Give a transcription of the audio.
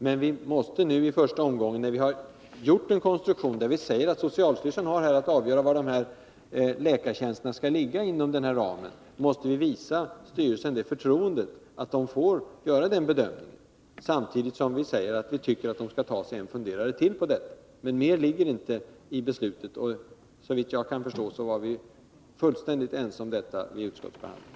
Men vi måste nu i första omgången, när vi har gjort en konstruktion som innebär att socialstyrelsen har att avgöra var de här läkartjänsterna skall ligga inom ramen, visa styrelsen det förtroendet att den får göra den bedömningen, samtidigt som vi säger att vi tycker att den skall ta sig en funderare till på detta. Mer ligger inte i beslutet, och såvitt jag kan förstå var vi fullständigt ense om detta vid utskottsbehandlingen.